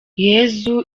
yesu